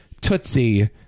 tootsie